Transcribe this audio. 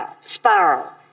spiral